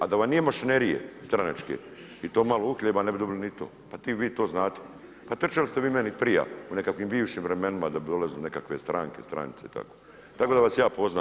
A da vam nije mašinerije stranačke i to malo uhljeba, ne bi dobili ni to, pa vi to znate, pa trčali ste vi meni prija u nekakvim bivšim vremenima da bi dolazile neka stranke stranice i tako, tako da vas ja poznam.